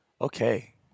okay